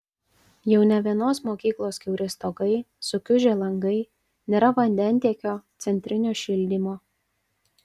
jau ne vienos mokyklos kiauri stogai sukiužę langai nėra vandentiekio centrinio šildymo